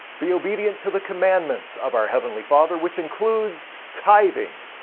be obedient to the commandments of our heavenly father, which includes tithing.